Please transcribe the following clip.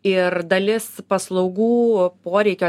ir dalis paslaugų poreikio